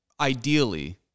ideally